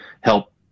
help